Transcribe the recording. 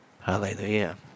Hallelujah